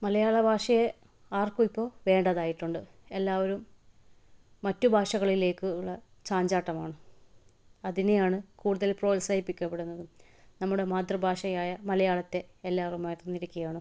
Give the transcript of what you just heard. മലയാള ഭാഷയെ ആർക്കും ഇപ്പോൾ വേണ്ടാതായിട്ടുണ്ട് എല്ലാവരും മറ്റ് ഭാഷകളിലേക്കുള്ള ചാഞ്ചാട്ടമാണ് അതിനെയാണ് കൂടുതൽ പ്രോത്സാഹിപ്പിക്കപ്പെടുന്നതും നമ്മുടെ മാതൃഭാഷയായ മലയാളത്തെ എല്ലാവരും മറന്നിരിക്കുകയാണ്